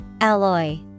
Alloy